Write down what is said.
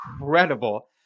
incredible